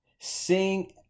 sing